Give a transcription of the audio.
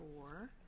four